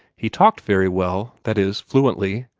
he talked very well that is, fluently.